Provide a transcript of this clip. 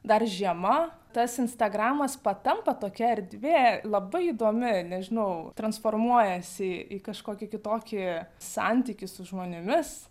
dar žiema tas instagramas patampa tokia erdvė labai įdomi nežinau transformuojasi į kažkokį kitokį santykį su žmonėmis